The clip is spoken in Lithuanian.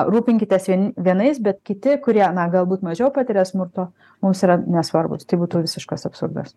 rūpinkitės vieni vienais bet kiti kurie na galbūt mažiau patiria smurto mums yra nesvarbūs tai būtų visiškas absurdas